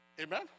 Amen